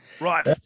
Right